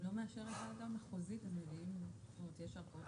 אם לא מאשרת ועדה מחוזית מביאים, יש ערכאות.